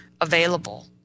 available